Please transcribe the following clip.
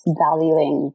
valuing